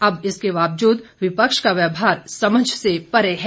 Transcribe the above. अब इसके बावजूद विपक्ष का व्यवहार समझ से परे है